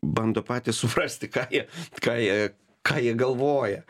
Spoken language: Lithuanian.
bando patys suprasti ką jie ką jie ką jie galvoja